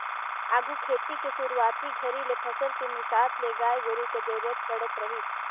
आघु खेती के सुरूवाती घरी ले फसल के मिसात ले गाय गोरु के जरूरत पड़त रहीस